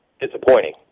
disappointing